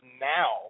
now